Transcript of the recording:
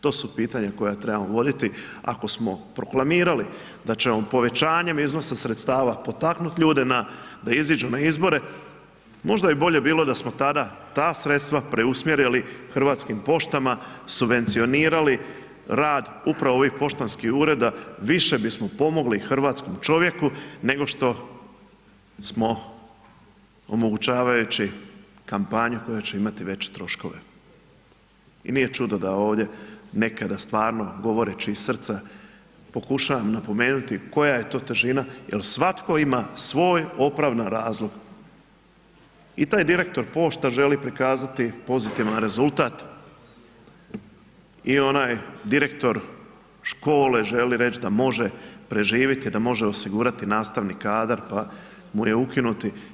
To su pitanja koja trebamo voditi, ako smo proklamirali da ćemo povećanjem iznosa sredstava potaknut ljude na, da iziđu na izbore, možda bi bolje bilo da smo tada ta sredstva preusmjerili Hrvatskim poštama, subvencionirali rad upravo ovih poštanskih ureda, više bismo pomogli hrvatskom čovjeku, nego što smo omogućavajući kampanju koja će imati veće troškove i nije čudo da ovdje nekada stvarno govoreći iz srca, pokušavam napomenuti koja je to težina jel svatko ima svoj opravdan razlog i taj direktor pošta želi prikazati pozitivan rezultat i onaj direktor škole želi reći da može preživjeti, da može osigurati nastavni kadar pa mu je ukinuti.